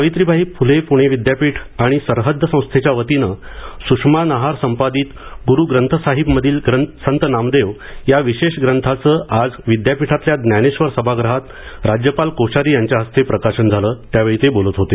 सावित्रीबाई फुले पुणे विद्यापीठ आणि सरहद्द संस्थेच्या वतीनं सुषमा नहार संपादित गुरू ग्रंथसाहिब मधील संत नामदेव या विशेष ग्रंथाचं आज विद्यापीठातल्या ज्ञानेश्वर सभागृहात राज्यपाल कोश्यारी यांच्या हस्ते प्रकाशन झालं त्यावेळी ते बोलत होते